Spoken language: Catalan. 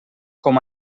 com